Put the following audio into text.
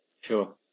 Sure